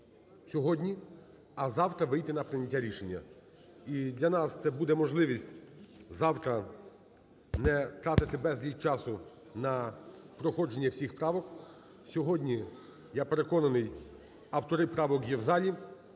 сьогодні, а завтра вийти на прийняття рішення. І для нас це буде можливість завтра не тратити безліч часу на проходження всіх правок. Сьогодні, я переконаний, автори правок є в залі,